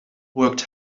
worked